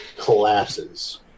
collapses